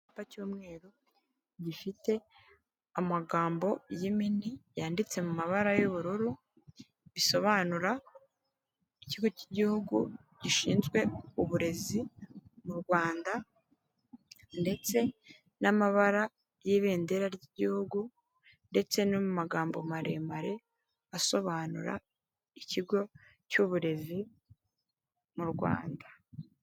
Icyapa cy'umweru gifite amagambo y'imine yanditse mu mabara y'ubururu bisobanura ikigo cy'igihugu gishinzwe uburezi mu Rwanda ndetse n'amabara y'ibendera ry'igihugu ndetse n'amagambo maremare asobanura ikigo cy'uburezi mu Rwanda.